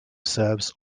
serves